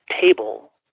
table